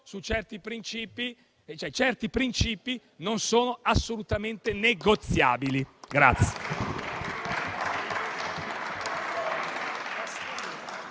certi princìpi non sono assolutamente negoziabili.